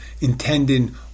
intended